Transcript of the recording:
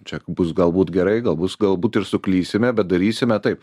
čia bus galbūt gerai gal bus galbūt ir suklysime bet darysime taip